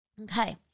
Okay